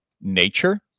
nature